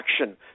action